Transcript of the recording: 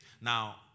Now